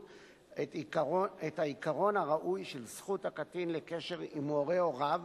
את העיקרון הראוי של זכות הקטין לקשר עם הורי הוריו,